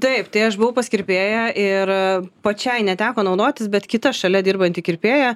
taip tai aš buvau pas kirpėją ir pačiai neteko naudotis bet kita šalia dirbanti kirpėja